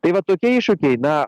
tai va tokie iššūkiai na